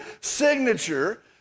signature